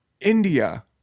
India